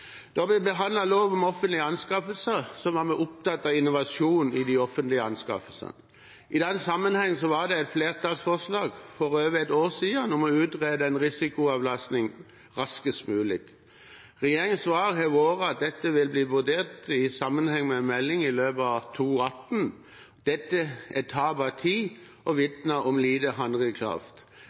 Da vi behandlet lov om offentlige anskaffelser, var vi opptatt av innovasjon i de offentlige anskaffelsene. I den sammenheng var det et flertallsforslag for over et år siden om å utrede en risikoavlastning raskest mulig. Regjeringens svar har vært at dette vil bli vurdert i sammenheng med en melding i løpet av 2018. Dette er tap av tid og vitner om lite handlekraft.